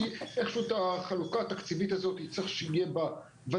כי צריך שאיכשהו בחלוקה התקציבית הזאת תהיה ודאות,